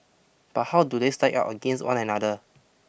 but how do they stack up against one another